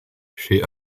chez